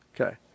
Okay